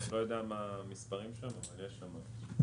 לא יודע מה המספרים שם אבל יש שם משהו.